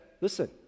listen